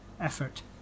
effort